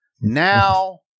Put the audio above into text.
now